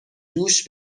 دوش